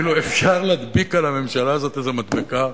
כאילו, אפשר להדביק על הממשלה הזאת איזו מדבקה,